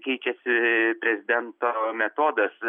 keičiasi prezidento metodas